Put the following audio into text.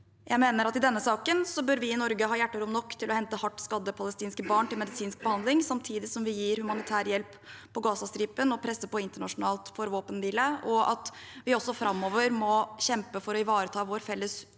Jeg mener at i denne saken bør vi i Norge ha hjerterom nok til å hente hardt skadde palestinske barn til medisinsk behandling samtidig som vi gir humanitær hjelp på Gazastripen og presser på internasjonalt for vå penhvile, og at vi også framover må kjempe for å ivareta vår felles humanitet